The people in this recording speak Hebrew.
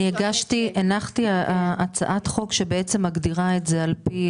אני הנחתי הצעת חוק שמגדירה את זה על פי